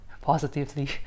positively